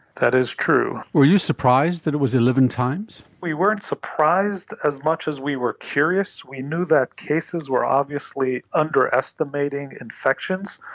that is true. were you surprised that it was eleven times? we weren't surprised as much as we were curious. we knew that cases were obviously underestimating infections.